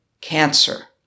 cancer